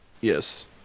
Yes